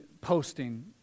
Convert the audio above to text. posting